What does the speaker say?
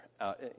out